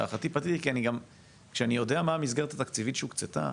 להערכתי פתיר כי גם כשאני יודע מה המסגרת התקציבית שהוקצתה,